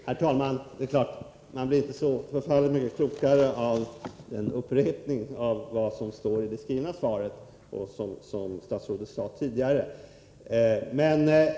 Herr talman! Man blir inte så mycket klokare av en upprepning av vad som står i det skrivna svaret, som statsrådet tidigare läste upp.